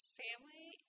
family